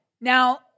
Now